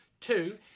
Two